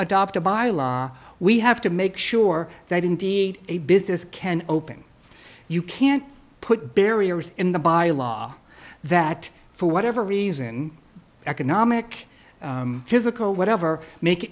adopt a by law we have to make sure that indeed a business can open you can't put barriers in the by law that for whatever reason economic his ickle whatever make it